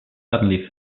suddenly